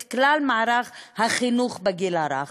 את כלל מערך החינוך בגיל הרך.